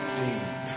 deep